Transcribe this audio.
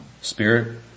spirit